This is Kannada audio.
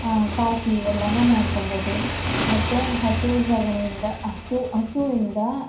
ಕಾಫಿ ಎಲ್ಲನೂ ಮಾಡ್ಕೊಳ್ಬೋದು ಮತ್ತು ಹಸು ಸಗಣಿಯಿಂದ ಹಸು ಹಸುವಿಂದ